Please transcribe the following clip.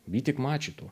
bi tik mačytų